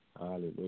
Hallelujah